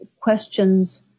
questions